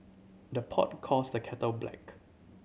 the pot calls the kettle black